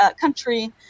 country